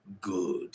Good